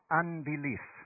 unbelief